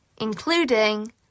including